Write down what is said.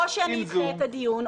או שאני אדחה את הדיון,